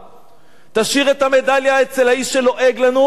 תשאיר את המדליה אצל האיש שלועג לנו ותכבד